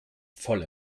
voll